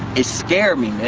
it scared me, man.